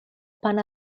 pan